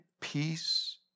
peace